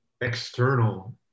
external